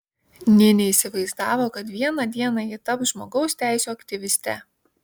nė neįsivaizdavo kad vieną dieną ji taps žmogaus teisių aktyviste